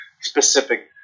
specific